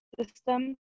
system